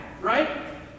right